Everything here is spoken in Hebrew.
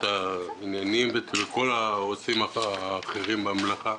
העניינים ולכל העוסקים האחרים במלאכה.